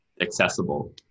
accessible